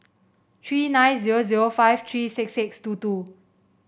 three nine zero zero five three six six two two